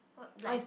like